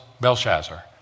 Belshazzar